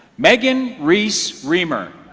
megan reese reemer